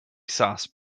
sauce